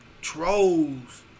trolls